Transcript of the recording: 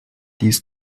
dies